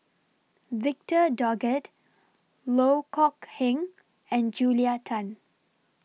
Victor Doggett Loh Kok Heng and Julia Tan